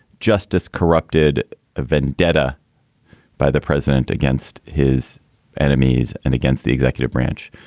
justice corrupted a vendetta by the president against his enemies and against the executive branch.